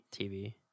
TV